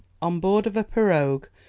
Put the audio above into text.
on board of a pirogue,